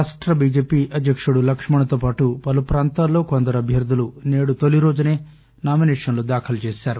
రాష్ట్ష BJP అధ్యక్షుడు లక్ష్మణ్తో పాటు పలు ప్రాంతాల్లో కొందరు అభ్యర్దలు నేడు తొలిరోజునే నామినేషన్లు దాఖలు చేశారు